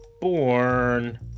born